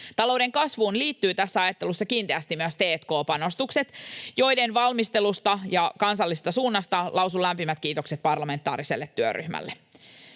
Talouden kasvuun liittyy tässä ajattelussa kiinteästi myös t&k-panostukset, joiden valmistelusta ja kansallisesta suunnasta lausun lämpimät kiitokset parlamentaariselle työryhmälle.